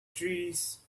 trees